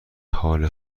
حال